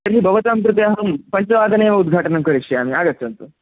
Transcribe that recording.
तर्हि भवतां कृते अहं पञ्चवादने एव उद्घाटनं करिष्यामि आगच्छन्तु